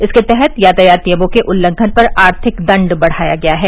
इसके तहत यातायात नियमों के उल्लंघन पर आर्थिक दंड बढ़ाया गया है